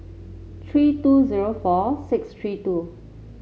three two zero four six three two